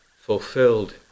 fulfilled